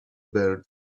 bird